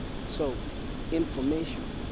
and so information,